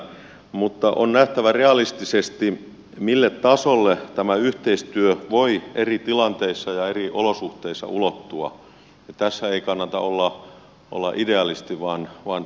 mutta on nähtävä realistisesti mille tasolle tämä yhteistyö voi eri tilanteissa ja eri olosuhteissa ulottua ja tässä ei kannata olla idealisti vaan realisti